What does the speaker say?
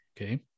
Okay